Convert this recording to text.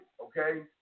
okay